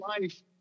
life